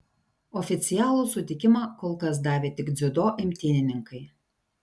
oficialų sutikimą kol kas davė tik dziudo imtynininkai